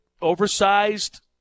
oversized